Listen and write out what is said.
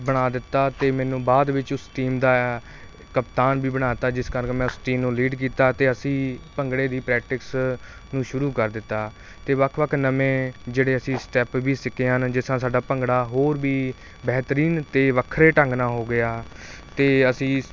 ਬਣਾ ਦਿੱਤਾ ਅਤੇ ਮੈਨੂੰ ਬਾਅਦ ਵਿੱਚ ਉਸ ਟੀਮ ਦਾ ਕਪਤਾਨ ਵੀ ਬਣਾ ਦਿੱਤਾ ਜਿਸ ਕਰਕੇ ਮੈਂ ਉਸ ਟੀਮ ਨੂੰ ਲੀਡ ਕੀਤਾ ਅਤੇ ਅਸੀਂ ਭੰਗੜੇ ਦੀ ਪ੍ਰੈਕਟਿਸ ਨੂੰ ਸ਼ੁਰੂ ਕਰ ਦਿੱਤਾ ਅਤੇ ਵੱਖ ਵੱਖ ਨਵੇਂ ਜਿਹੜੇ ਅਸੀਂ ਸਟੈਪ ਵੀ ਸਿੱਖੇ ਹਨ ਜਿਸ ਨਾਲ ਸਾਡਾ ਭੰਗੜਾ ਹੋਰ ਵੀ ਬਿਹਤਰੀਨ ਅਤੇ ਵੱਖਰੇ ਢੰਗ ਨਾਲ ਹੋ ਗਿਆ ਅਤੇ ਅਸੀਂ